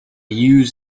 use